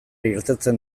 irteten